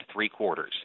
three-quarters